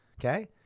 okay